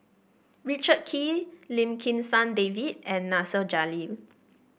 Richard Kee Lim Kim San David and Nasir Jalil